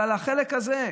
אבל על החלק הזה.